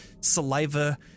saliva